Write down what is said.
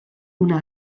una